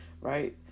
right